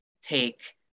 take